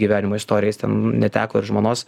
gyvenimo istorija jis ten neteko ir žmonos